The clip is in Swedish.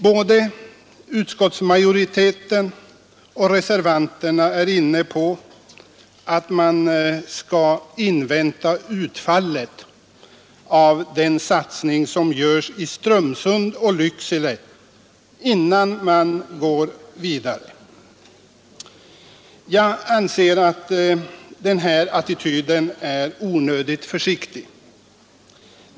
Både utskottsmajoriteten och reservanterna menar att vi skall invänta utfallet av den satsning som görs i Strömsund och Lycksele, innan vi går vidare. Jag anser att den attityden är onödigt försiktig.